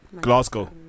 Glasgow